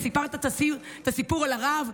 וסיפרת את הסיפור על הרב,